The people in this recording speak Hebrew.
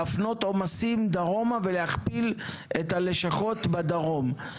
להפנות עומסים דרומה ולהכפיל את הלשכות בדרום.